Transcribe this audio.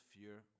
fear